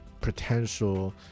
potential